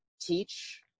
teach